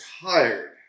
tired